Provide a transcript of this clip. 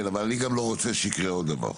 כן, אבל אני גם לא רוצה שיקרה עוד דבר,